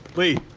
lee,